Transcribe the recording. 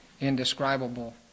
indescribable